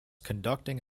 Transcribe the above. conducting